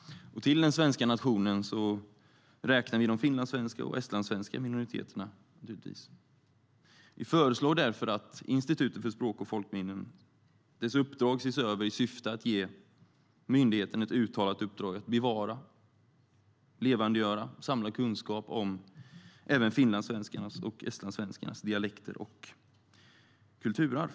Till den svenska nationen räknar vi de finlandssvenska och estlandssvenska minoriteterna. Vi föreslår därför att Institutet för språk och folkminnens uppdrag ses över i syfte att ge myndigheten ett uttalat uppdrag att bevara, levandegöra och samla kunskap om även finlandssvenskarnas och estlandssvenskarnas dialekter och kulturarv.